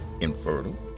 infertile